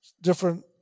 different